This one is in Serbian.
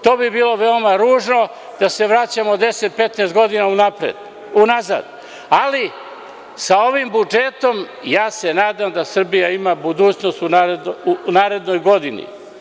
To bi bilo veoma ružno da se vraćamo 10-15 godina unazad, ali sa ovim budžetom ja se nadam da Srbija ima budućnost u narednoj godini.